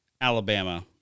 Alabama